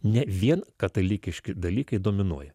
ne vien katalikiški dalykai dominuoja